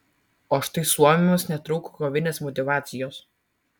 o štai suomiams netrūko kovinės motyvacijos